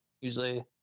usually